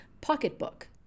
pocketbook